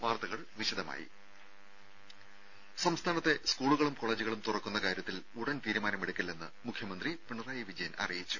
വാർത്തകൾ വിശദമായി സംസ്ഥാനത്തെ സ്കൂളുകളും കോളേജുകളും തുറക്കുന്ന കാര്യത്തിൽ ഉടൻ തീരുമാനമെടുക്കില്ലെന്ന് മുഖ്യമന്ത്രി പിണറായി വിജയൻ അറിയിച്ചു